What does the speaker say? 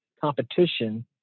competition